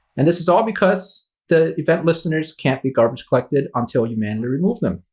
and this is all because the event listeners can't be garbage collected until you manually remove them.